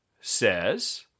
says